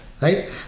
right